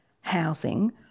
housing